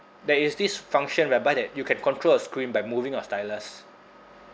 there is this function whereby that you can control your screen by moving your stylus